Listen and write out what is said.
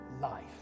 life